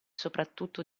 soprattutto